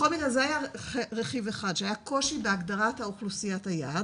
בכל מקרה זה היה רכיב אחד שהיה קושי בהגדרת אוכלוסיית היעד,